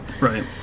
Right